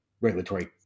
regulatory